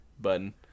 button